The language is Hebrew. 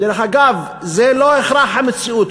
דרך אגב, זה לא הכרח המציאות.